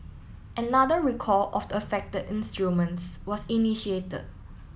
another recall of the affected instruments was initiated